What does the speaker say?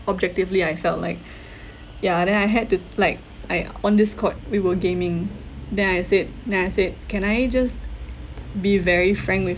objectively I felt like ya then I had to like I on this court we were gaming then I said then I said can I just be very frank with